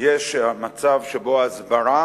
יש מצב שבו ההסברה